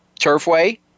Turfway